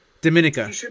dominica